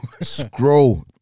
scroll